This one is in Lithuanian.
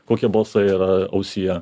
kokie balsai yra ausyje